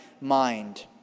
mind